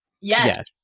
yes